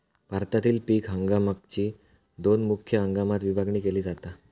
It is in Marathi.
भारतातील पीक हंगामाकची दोन मुख्य हंगामात विभागणी केली जाता